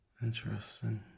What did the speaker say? Interesting